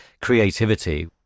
creativity